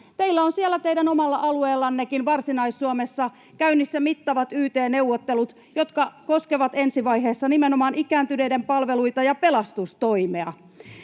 Teillä on siellä teidän omalla alueellannekin Varsinais-Suomessa käynnissä mittavat yt-neuvottelut, jotka koskevat ensi vaiheessa nimenomaan ikääntyneiden palveluita ja pelastustoimea.